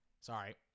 sorry